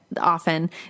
often